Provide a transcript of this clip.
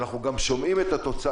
כשאנחנו שומעים גם את התוצאות,